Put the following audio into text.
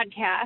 podcast